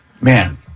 man